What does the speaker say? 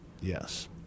yes